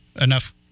enough